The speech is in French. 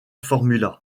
formula